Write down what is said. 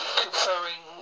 conferring